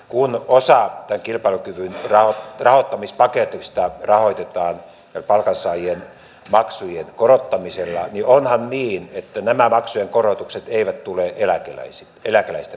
kun osa tämän kilpailukyvyn rahoittamispaketista rahoitetaan palkansaajien maksujen korottamisella niin onhan niin että nämä maksujen korotukset eivät tule eläkeläisten maksettavaksi